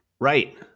Right